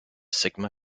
sigma